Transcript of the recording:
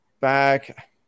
back